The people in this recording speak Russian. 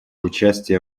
участие